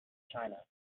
china